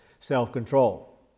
self-control